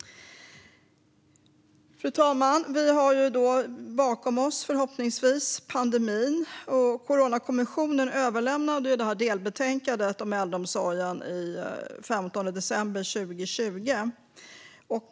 Fru talman! Vi har förhoppningsvis pandemin bakom oss. Coronakommissionen överlämnade delbetänkandet om äldreomsorgen den 15 december 2020.